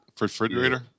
refrigerator